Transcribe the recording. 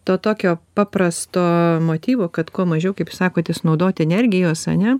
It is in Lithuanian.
to tokio paprasto motyvo kad kuo mažiau kaip sakotės naudoti energijos ane